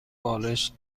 بالشت